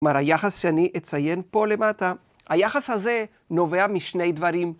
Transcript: כלומר היחס שאני אציין פה למטה, היחס הזה נובע משני דברים.